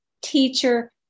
teacher